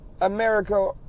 America